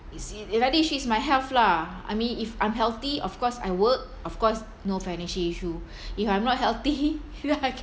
it's it radisha is my health lah I mean if I'm healthy of course I work of course no financial issue if I'm not healthy